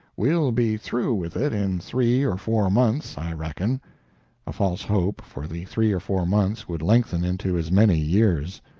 we'll be through with it in three or four months, i reckon a false hope, for the three or four months would lengthen into as many years.